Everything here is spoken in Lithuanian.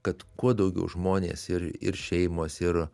kad kuo daugiau žmonės ir ir šeimos ir